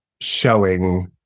showing